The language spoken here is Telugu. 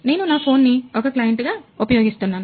నేను నా ఫోను ని ఒక క్లయింట్ గా ఉపయోగిస్తున్నాను